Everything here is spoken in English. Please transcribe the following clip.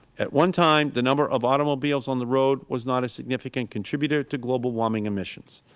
at one time, the number of automobiles on the road was not a significant contributor to global warming emissions.